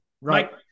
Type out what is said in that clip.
right